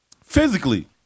physically